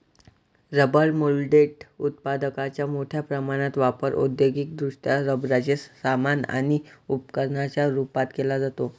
rubber moulded उत्पादकांचा मोठ्या प्रमाणात वापर औद्योगिकदृष्ट्या रबराचे सामान आणि उपकरणांच्या रूपात केला जातो